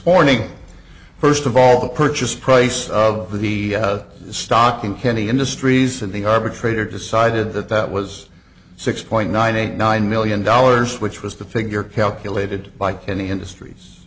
morning first of all the purchase price of the stock in kenny industries and the arbitrator decided that that was six point nine eight nine million dollars which was the figure calculated by any industries